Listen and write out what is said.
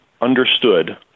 understood